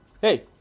hey